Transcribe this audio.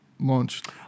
Launched